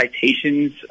citations